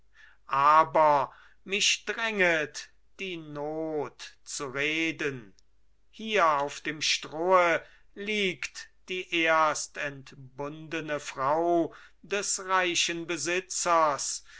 aber mich dränget die not zu reden hier auf dem strohe liegt die erst entbundene frau des reichen besitzers